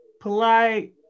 polite